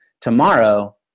tomorrow